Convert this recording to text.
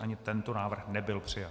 Ani tento návrh nebyl přijat.